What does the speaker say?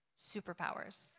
superpowers